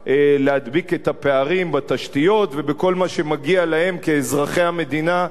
הפערים בתשתיות ובכל מה שמגיע להם כאזרחי המדינה שווי זכויות,